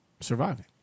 surviving